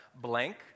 blank